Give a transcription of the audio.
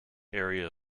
area